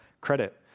credit